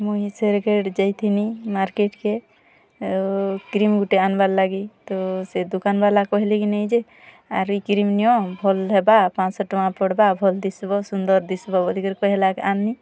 ମୁଇଁ ସେରେ ଗେଟ୍ ଯାଇଥିନିଁ ମର୍କେଟ୍କେ କ୍ରିମ୍ ଗୋଟେ ଆଣାବା ଲାଗି ତ ସେ ଦୋକାନବାଲା କହିଲେ କି ନାଇ ଯେ ଆରେ କ୍ରିମ୍ ନିଅ ଭଲ୍ ହେବା ପାଞ୍ଚଶହ ଟଙ୍କା ପଡ଼ବା ଭଲ୍ ଦିଶିବ ସୁନ୍ଦର ଦିଶିବ ବୋଲି କି କହିଲା କି ଆଣିଲି